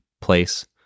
place